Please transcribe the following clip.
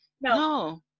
No